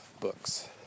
books